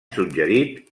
suggerit